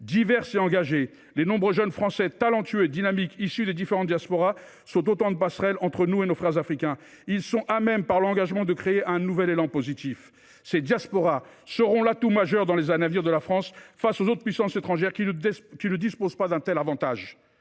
diverse et engagée. Les nombreux jeunes Français, talentueux et dynamiques, issus des différentes diasporas, sont autant de passerelles entre nous et nos frères africains. Ils sont à même, par leur engagement, de créer un nouvel élan positif. Ces diasporas seront l’atout majeur de la France dans les années à venir, face aux puissances étrangères qui ne disposent pas d’un tel avantage.